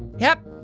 yep.